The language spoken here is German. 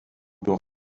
doch